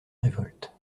révolte